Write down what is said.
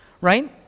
right